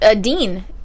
Dean